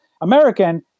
American